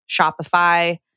Shopify